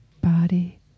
body